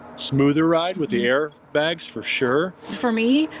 smoother ride with the air bags, for sure. for me,